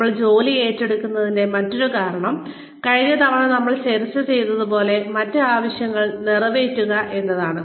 നമ്മൾ ജോലി ഏറ്റെടുക്കുന്നതിന്റെ മറ്റൊരു കാരണം കഴിഞ്ഞ തവണ നമ്മൾ ചർച്ച ചെയ്തതുപോലെ മറ്റ് ആവശ്യങ്ങൾ നിറവേറ്റുക എന്നതാണ്